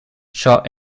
shot